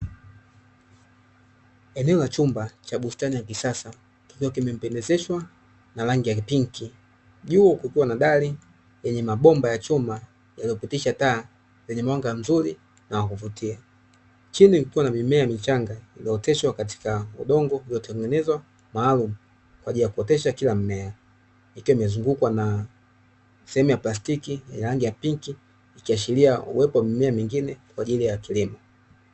Eneo la chumba cha bustani ya kisasa kikiwa kimependezeshwa na rangi ya pinki, juu kukiwa na dari yenye mabomba ya chuma yaliyopitisha taa zenye mwanga mzuri na wa kuvutia. Chini kukiwa na mimea michanga iliyooteshwa katika udongo uliotengenezwa maalumu kwa ajili ya kuotesha kila mmea, ikiwa imezungukwa na sehemu ya plastiki yenye rangi ya pinki, ikiashiria uwepo wa mimea mingine kwa ajili ya kilimo.